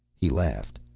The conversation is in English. he laughed.